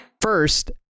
first